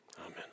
Amen